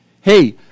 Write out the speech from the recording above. hey